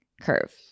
curve